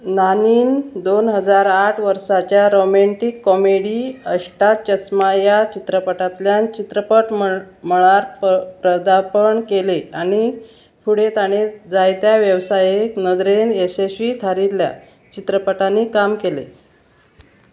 नानीन दोन हजार आठ वर्साच्या रोमेंटीक कॉमेडी अष्टा चस्मा ह्या चित्रपटांतल्यान चित्रपट मळ मळार प्र प्रदार्पण केलें आनी फुडें ताणें जायत्या वेवसायीक नदरेन यशस्वी थारिल्ल्या चित्रपटांनी काम केलें